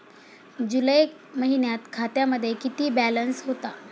जुलै महिन्यात खात्यामध्ये किती बॅलन्स होता?